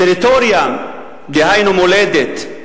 טריטוריה, דהיינו מולדת,